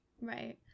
right